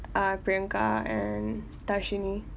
ah priyanka and tashini